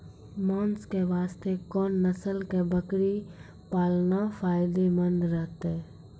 मांस के वास्ते कोंन नस्ल के बकरी पालना फायदे मंद रहतै?